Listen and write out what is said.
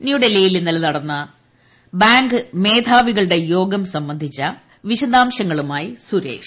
ന്യൂഡൽഹിയിൽ ഇന്നലെ ചേർന്ന ബാങ്ക് മേധാവികളുടെ യോഗം സംബന്ധിച്ച വിശദാംശങ്ങളുമായി സുരേഷ്